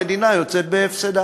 שכר המדינה יוצא בהפסדה.